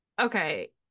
Okay